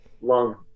long